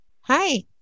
Hi